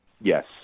Yes